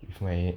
if my